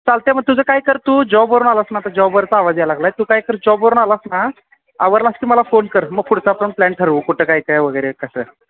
चालत आहे मग तुझं काय कर तू जॉबवरून आलास ना आता जॉबवरचा आवाज याय लागला आहे तू काय कर जॉबवरून आलास ना आवरलंस की मला फोन कर मग पुढचा पण प्लॅन ठरवू कुठं काय काय वगैरे कसं